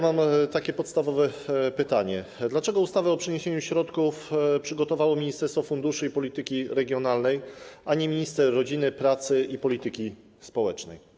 Mam takie podstawowe pytanie: Dlaczego ustawę o przeniesieniu środków przygotowało Ministerstwo Funduszy i Polityki Regionalnej, a nie minister rodziny, pracy i polityki społecznej?